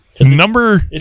Number